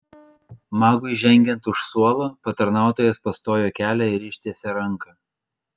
magui žengiant už suolo patarnautojas pastojo kelią ir ištiesė ranką